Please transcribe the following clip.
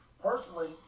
personally